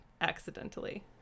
accidentally